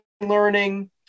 learning